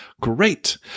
Great